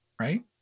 right